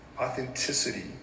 Authenticity